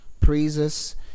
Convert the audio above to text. praises